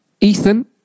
Ethan